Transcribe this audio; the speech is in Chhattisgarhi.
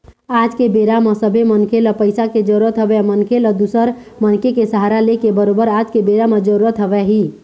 आज के बेरा म सबे मनखे ल पइसा के जरुरत हवय मनखे ल दूसर मनखे के सहारा लेके बरोबर आज के बेरा म जरुरत हवय ही